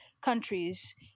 countries